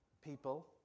people